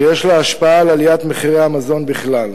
שיש לה השפעה על עליית מחירי המזון בכלל.